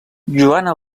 joana